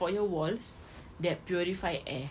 for your walls that purify air